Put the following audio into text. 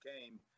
came